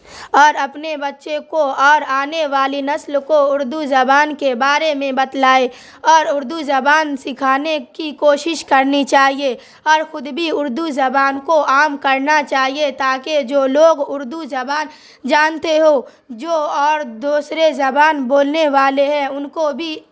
اور اپنے بچے کو اور آنے والی نسل کو اردو زبان کے بارے میں بتلائیں اور اردو زبان سکھانے کی کوشش کرنی چاہیے اور خود بھی اردو زبان کو عام کرنا چاہیے تاکہ جو لوگ اردو زبان جانتے ہوں جو اور دوسرے زبان بولنے والے ہیں ان کو بھی